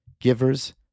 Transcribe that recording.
givers